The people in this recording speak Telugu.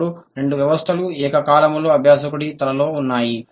ఇప్పుడు రెండు వ్యవస్థలు ఏకకాలంలో అభ్యాసకుడి తలలో ఉన్నాయి